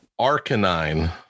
Arcanine